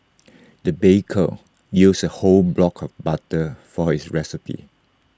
the baker used A whole block of butter for this recipe